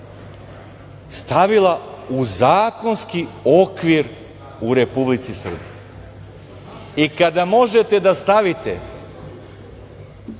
stavila u zakonski okvir u Republici Srbiji i kada možete da stavite